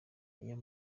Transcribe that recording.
niyo